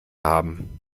haben